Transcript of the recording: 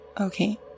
Okay